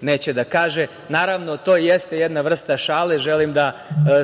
neće da kaže. Naravno, to jeste jedna vrsta šale. Želim da